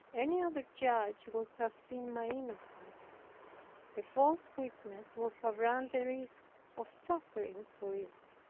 any other judge would have seen my innocence the false witnesses would have run the risk of suffering for it.